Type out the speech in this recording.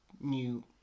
new